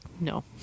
No